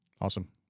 awesome